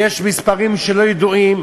יש מספרים שלא ידועים,